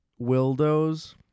Wildos